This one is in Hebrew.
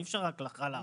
אי-אפשר להתייחס רק לחל"כ.